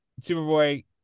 Superboy